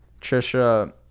Trisha